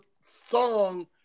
song